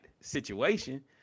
situation